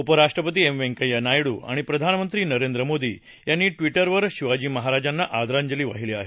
उपराष्ट्रपती एम व्यंकय्या नायडू आणि प्रधानमंत्री नरेंद्र मोदी यांनी ट्विटरवर शिवाजी महाराजांना आदरांजली वाहिली आहे